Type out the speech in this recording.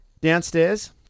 downstairs